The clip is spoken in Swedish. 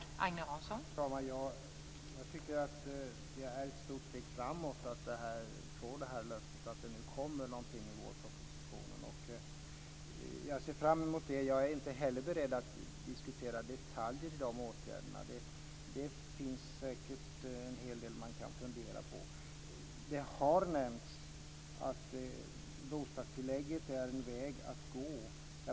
Fru talman! Jag tycker att det är ett stort steg framåt att få löftet att det kommer något i vårpropositionen. Jag ser fram emot det. Jag är inte heller beredd att diskutera detaljer i åtgärderna. Det finns säkert en hel del man kan fundera på. Det har nämnts att bostadstillägget är en väg att gå.